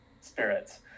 spirits